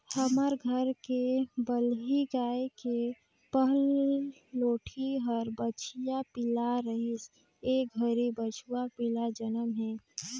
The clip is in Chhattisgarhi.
हमर घर के बलही गाय के पहलोठि हर बछिया पिला रहिस ए घरी बछवा पिला जनम हे